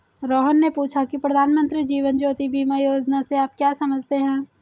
रोहन ने पूछा की प्रधानमंत्री जीवन ज्योति बीमा योजना से आप क्या समझते हैं?